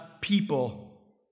people